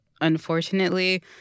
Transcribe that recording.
unfortunately